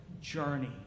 journey